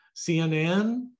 CNN